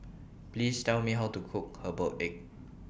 Please Tell Me How to Cook Herbal Egg